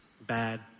bad